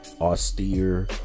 austere